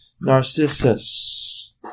Narcissus